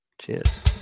Cheers